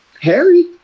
Harry